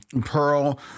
Pearl